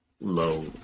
low